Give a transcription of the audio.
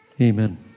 Amen